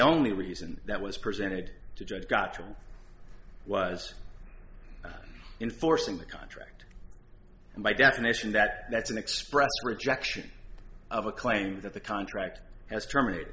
only reason that was presented to judge got trouble was in forcing the contract and by definition that that's an express rejection of a claim that the contract has terminated